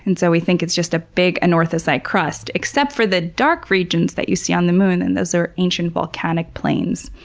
and so we think it's just a big anorthosite crust, except for the dark regions you see on the moon and those are ancient volcanic plains.